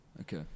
Okay